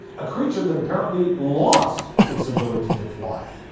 a creature that apparently lost its ability to fly!